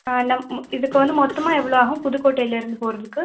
ஆ நம் இதுக்கு வந்து மொத்தமாக எவ்வளோ ஆகும் புதுக்கோட்டையிலேருந்து போகிறதுக்கு